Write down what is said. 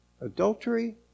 Adultery